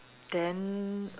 then